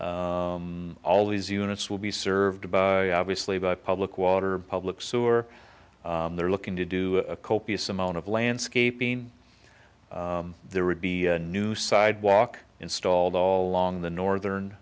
all these units will be served obviously by public water public sewer they're looking to do a copious amount of landscaping there would be a new sidewalk installed all along the northern